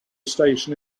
station